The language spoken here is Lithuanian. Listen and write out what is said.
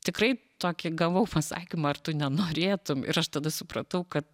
tikrai tokį gavau pasakymą ar tu nenorėtum ir aš tada supratau kad